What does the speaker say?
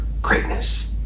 Greatness